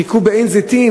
חיכו בעין-זיתים.